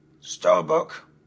Starbuck